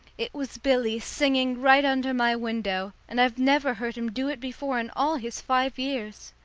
it was billy singing right under my window, and i've never heard him do it before in all his five years.